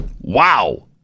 wow